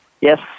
yes